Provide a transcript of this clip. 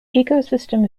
ecosystem